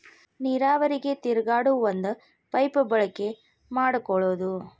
ನೇರಾವರಿಗೆ ತಿರುಗಾಡು ಒಂದ ಪೈಪ ಬಳಕೆ ಮಾಡಕೊಳುದು